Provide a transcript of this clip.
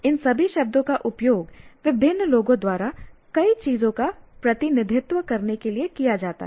इन सभी शब्दों का उपयोग विभिन्न लोगों द्वारा कई चीजों का प्रतिनिधित्व करने के लिए किया जाता है